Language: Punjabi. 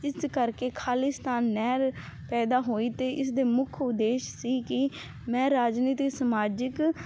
ਇਸ ਕਰਕੇ ਖਾਲਿਸਤਾਨ ਨਹਿਰ ਪੈਦਾ ਹੋਈ ਤੇ ਇਸ ਦੇ ਮੁੱਖ ਉਦੇਸ਼ ਸੀ ਕੀ ਮੈਂ ਰਾਜਨੀਤੀ ਸਮਾਜਿਕ